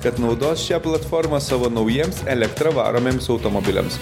kad naudos šią platformą savo naujiems elektra varomiems automobiliams